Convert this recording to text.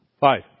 Five